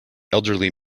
elderly